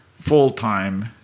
full-time